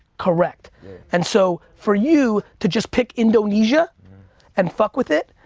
correct and so for you to just pick indonesia and fuck with it,